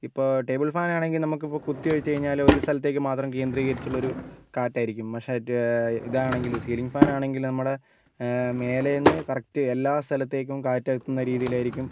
ഇപ്പോൾ table fan ആണെങ്കിൽ നമുക്കിപ്പോൾ കുത്തിവെച്ച് കഴിഞ്ഞാൽ ഒരു സ്ഥലത്തേക്ക് മാത്രം കേന്ദ്രീകരിച്ചുള്ളൊരു കാറ്റായിരിക്കും പക്ഷേ ഇതാണെങ്കിൽ സീലിംഗ് ഫാൻ ആണെങ്കിൽ നമ്മുടെ മേലെ നിന്ന് കറക്റ്റ് എല്ലാ സ്ഥലത്തേക്കും കാറ്റ് എത്തുന്ന രീതിയിലായിരിക്കും